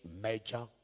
major